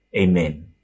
Amen